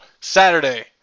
Saturday